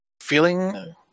feeling